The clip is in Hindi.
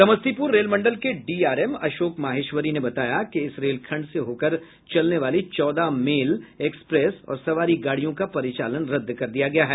समस्तीपुर रेल मंडल के डीआरएम अशोक माहेश्वरी ने बताया कि इस रेल खंड से होकर चलने वाली चौदह मेल एक्सप्रेस और सवारी गाड़ियों का परिचालन रद्द कर दिया गया है